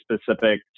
specific